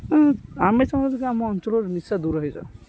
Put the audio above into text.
ଆମେ ଚାହୁଁଛୁ କି ଆମ ଅଞ୍ଚଳରେ ନିଶା ଦୂର ହୋଇଯାଉ